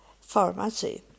pharmacy